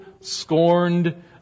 scorned